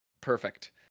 Perfect